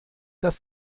das